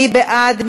מי בעד?